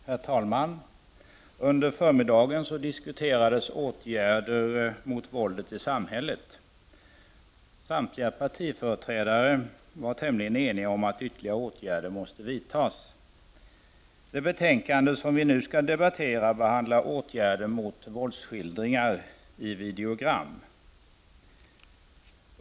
Herr talman! Under förmiddagen debatterades åtgärder mot våldet i samhället. Samtliga partiföreträdare var tämligen eniga om att ytterligare åtgärder måste vidtas. Det betänkande vi nu skall debattera behandlar åtgärder mot våldsskildringar i videogram.